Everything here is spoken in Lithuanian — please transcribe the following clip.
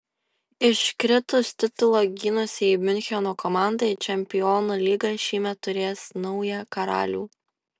iškritus titulą gynusiai miuncheno komandai čempionų lyga šįmet turės naują karalių